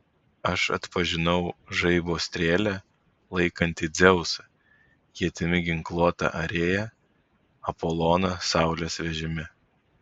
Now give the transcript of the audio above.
aš atpažinau žaibo strėlę laikantį dzeusą ietimi ginkluotą arėją apoloną saulės vežime